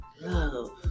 Love